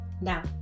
now